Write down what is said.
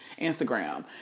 Instagram